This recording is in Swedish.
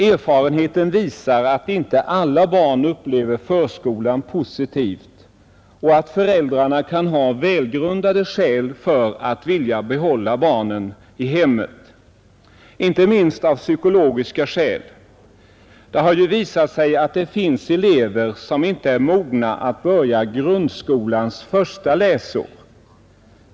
Erfarenheten visar att inte alla barn upplever förskolan positivt och att föräldrarna kan ha välgrundade skäl för att vilja behålla barnen i hemmet, inte minst psykologiska skäl. Det har ju visat sig att det finns elever som inte är mogna att börja grundskolans första läsår.